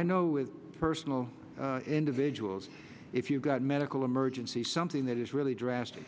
i know with personal individuals if you've got medical emergency something that is really drastic